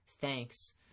Thanks